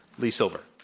lee silver.